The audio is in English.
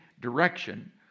direction